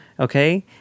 Okay